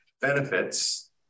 benefits